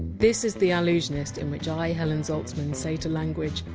this is the allusionist, in which i, helen zaltzman, say to language!